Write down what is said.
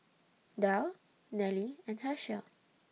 Darl Nelly and Hershel